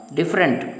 different